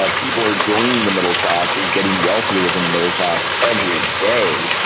ah people are joining the middle class and getting wealthier within the middle class every day.